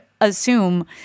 assume